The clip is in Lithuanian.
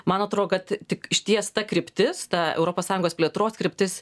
man atrodo kad tik išties ta kryptis ta europos sąjungos plėtros kryptis